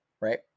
right